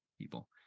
People